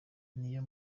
niyo